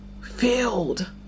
filled